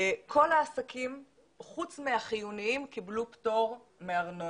כל העסקים חוץ מהחיוניים קיבלו פטור מארנונה.